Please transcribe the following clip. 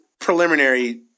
preliminary